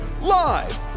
Live